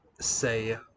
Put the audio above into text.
say